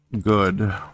good